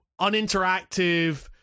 uninteractive